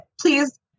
please